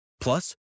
Plus